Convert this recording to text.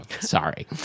sorry